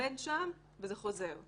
עומד שם, וזה חוזר.